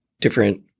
different